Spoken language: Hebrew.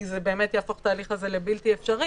כי זה באמת יהפוך את ההליך הזה לבלתי אפשרי,